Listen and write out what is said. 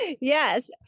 Yes